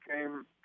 came